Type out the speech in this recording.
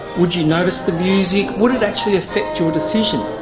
would you notice the music, would it actually affect your decision?